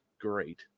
great